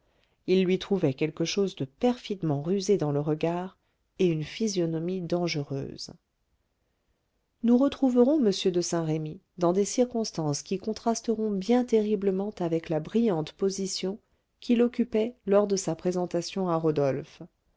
il lui trouvait quelque chose de perfidement rusé dans le regard et une physionomie dangereuse nous retrouverons m de saint-remy dans des circonstances qui contrasteront bien terriblement avec la brillante position qu'il occupait lors de sa présentation à rodolphe